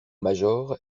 major